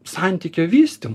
santykio vystym